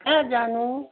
कहाँ जानु